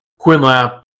Quinlap